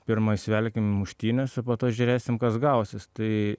pirma įsivelkim į muštynes o po to žiūrėsim kas gausis tai